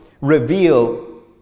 reveal